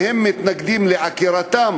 שמתנגדים לעקירתם